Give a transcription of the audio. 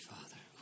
Father